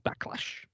backlash